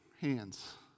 hands